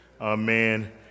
Amen